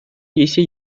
一些